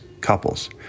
couples